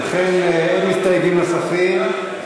ובכן, אין מסתייגים נוספים.